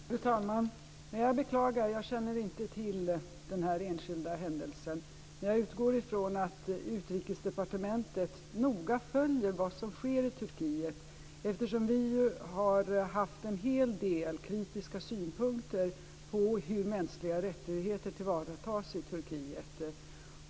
Fru talman! Jag beklagar, jag känner inte till den här enskilda händelsen. Men jag utgår från att Utrikesdepartementet noga följer vad som sker i Turkiet, eftersom vi har haft en hel del kritiska synpunkter på hur mänskliga rättigheter tillvaratas i Turkiet.